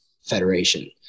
Federation